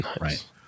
Right